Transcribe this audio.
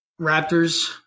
Raptors